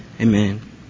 Amen